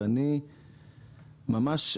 וממש,